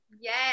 Yes